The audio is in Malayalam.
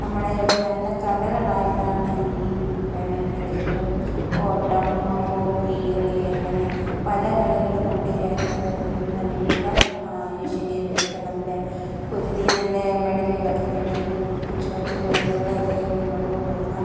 നമ്മുടെ ഒരു നല്ല കലകളായിട്ടാണ് ഈ പിന്നെ ക്രിക്കറ്റും ഓട്ടം ഹോക്കി കളി അങ്ങനെ പല കളികളും നമ്മുടെ ഈ രാജ്യത്ത് കൊണ്ടുവരുന്ന അനേകം ഏഷ്യൻ ഗെയിമിലൊക്കെ നല്ല പൊരുതി നല്ല മെഡലുകളൊക്കെ നേടി ഈ കൊച്ച് കൊച്ച് വനിതകളൊക്കെ മുന്നോട്ട് കൊണ്ട് വന്ന